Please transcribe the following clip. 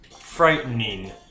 frightening